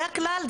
זה הכלל.